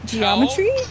Geometry